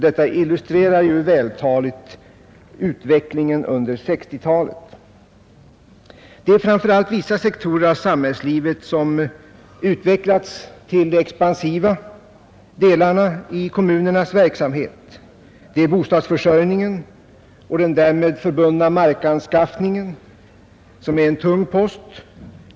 Detta illustrerar vältaligt utvecklingen under 1960-talet. Det är framför allt vissa sektorer av samhällslivet som utvecklats till att bli de expansiva delarna i kommunernas verksamhet. Det är bostadsförsörjningen och den därmed förbundna markanskaffningen, som är en tung post.